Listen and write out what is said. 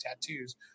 tattoos